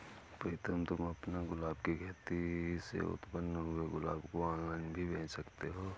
प्रीतम तुम अपने गुलाब की खेती से उत्पन्न हुए गुलाब को ऑनलाइन भी बेंच सकते हो